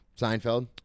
Seinfeld